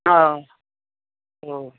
आ ओ